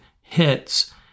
hits